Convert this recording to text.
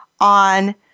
on